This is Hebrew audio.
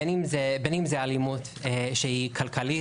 בין אם זה אלימות שהיא כלכלית,